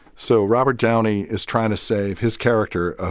so robert downey is trying to save his character,